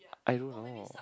I don't know